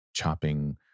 Chopping